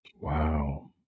Wow